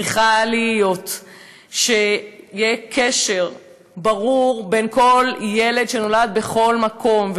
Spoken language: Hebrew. צריכה להיות שיהיה קשר ברור בין כל ילד שנולד בכל מקום,